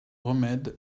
remède